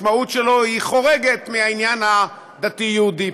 המשמעות שלו חורגת מהעניין הדתי-יהודי,